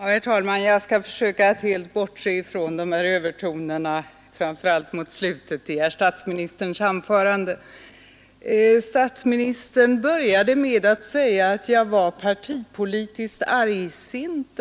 Herr talman! Jag skall försöka att helt bortse från de övertoner som förekom framför allt mot slutet av statsministerns anförande. Statsministern började med att säga att jag var partipolitiskt argsint.